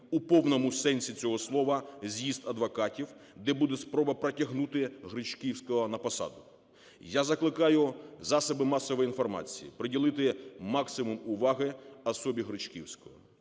у повному сенсі цього слова з'їзд адвокатів, де буде спроба протягнути Гречківського на посаду. Я закликаю засоби масової інформації приділити максимум уваги особі Гречківського.